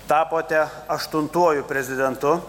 tapote aštuntuoju prezidentu